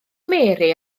mary